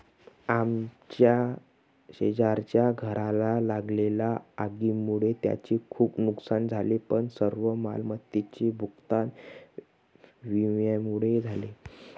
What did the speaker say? आमच्या शेजारच्या घराला लागलेल्या आगीमुळे त्यांचे खूप नुकसान झाले पण सर्व मालमत्तेचे भूगतान विम्यामुळे झाले